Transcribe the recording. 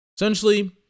Essentially